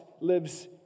lives